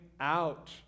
out